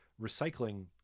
recycling